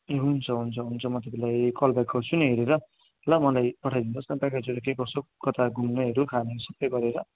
ए हुन्छ हुन्छ हुन्छ म तपाईँलाई कल ब्याक गर्छु नि हेरेर ल मलाई पठाइदिनुहोस् न प्याकेजहरू के कसो कता घुम्नेहरू खाने सबै गरेर